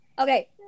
Okay